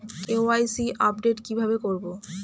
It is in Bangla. কে.ওয়াই.সি আপডেট কি ভাবে করবো?